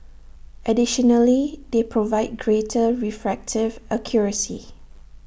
additionally they provide greater refractive accuracy